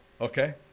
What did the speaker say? Okay